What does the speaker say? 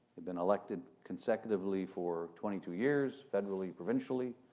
had been elected consecutively for twenty two years federally, provincially.